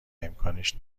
امکانش